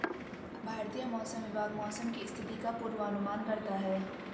भारतीय मौसम विभाग मौसम की स्थिति का पूर्वानुमान करता है